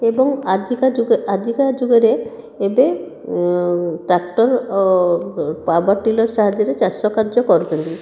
ଏବଂ ଆଜିକା ଯୁଗ ଆଜିକା ଯୁଗରେ ଏବେ ଟ୍ରାକ୍ଟର ଓ ପାୱାର ଟ୍ରିଲର ସାହାଯ୍ୟରେ ଚାଷ କାର୍ଯ୍ୟ କରୁଛନ୍ତି